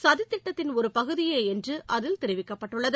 சதித்திட்டத்தின் ஒரு பகுதியே என்று அதில் தெரிவிக்கப்பட்டுள்ளது